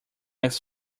next